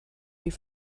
die